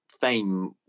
fame